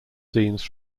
scenes